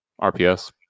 RPS